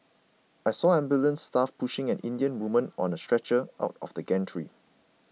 I saw ambulance staff pushing an Indian woman on a stretcher out of the gantry